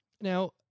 Now